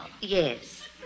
Yes